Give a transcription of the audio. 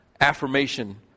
affirmation